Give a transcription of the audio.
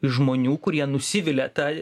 iš žmonių kurie nusivilia ta